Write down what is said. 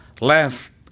left